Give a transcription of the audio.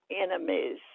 enemies